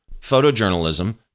photojournalism